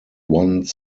one